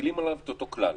ומחילים עליו את אותו כלל.